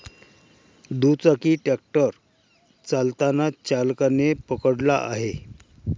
दुचाकी ट्रॅक्टर चालताना चालकाने पकडला आहे